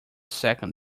second